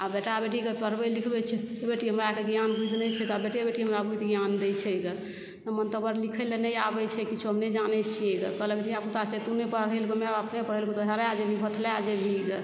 आब बेटा बेटीके पढ़बय लिखबय छियै हमरा तऽ ज्ञान बुद्धि नहि छै तऽ आब बेटे बेटी हमरा बुद्धि ज्ञान दै छै गे नम्बर तम्बर लिखय लए नहि आबय छै किछौ हम नहि जानय छियै गे कहलक धियापुता से तु नहि पढ़लैं माइ बाप नहि पढ़ेलकौ तोरा तों हराय जेबही भोतलाय जेबही गे